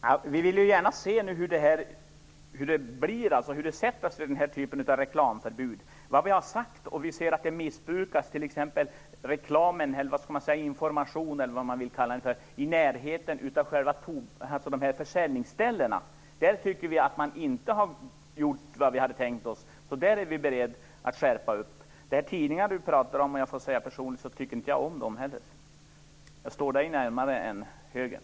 Fru talman! Vi vill nu gärna se hur det blir med den här typen av reklamförbud. Vi har sett att det förekommer missbruk med reklamen, informationen eller vad man vill kalla det i närheten av själva försäljningsställena. Där tycker vi att man inte har gjort vad vi hade tänkt oss, så där är vi beredda att skärpa bestämmelserna. De tidningar Thomas Julin pratar om tycker jag personligen inte heller om. Där står jag honom närmare än högern.